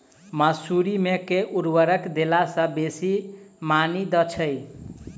मसूरी मे केँ उर्वरक देला सऽ बेसी मॉनी दइ छै?